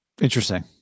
Interesting